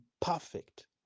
perfect